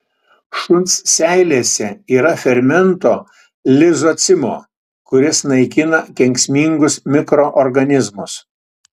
šuns seilėse yra fermento lizocimo kuris naikina kenksmingus mikroorganizmus